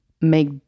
make